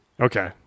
Okay